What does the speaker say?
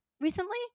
recently